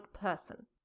person